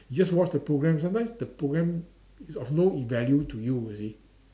you just watch the programme sometimes the programme is of no value to you you see